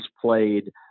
played